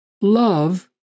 love